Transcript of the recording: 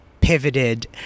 pivoted